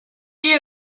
ils